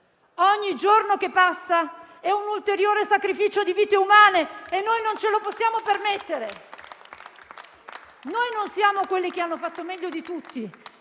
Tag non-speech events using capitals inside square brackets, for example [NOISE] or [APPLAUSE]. ogni giorno che passa è un ulteriore sacrificio di vite umane e noi non ce lo possiamo permettere. [APPLAUSE] Noi non siamo quelli che hanno fatto meglio di tutti;